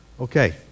Okay